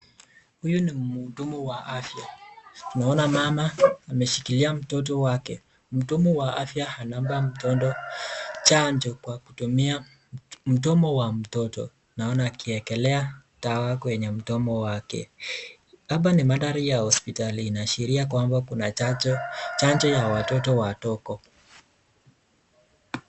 Huyu ni mhudumu wa afya. Tunaona mama ameshikilia mtoto wake. Mhudumu wa afya anampa mtoto chanjo kwa kutumia mdomo wa mtoto. Naona akiekelea dawa kwenye mdomo wake. Hapa ni mandhari ya hospitali inaashiria kwamba kuna chanjo ya watoto wadogo.